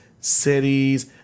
cities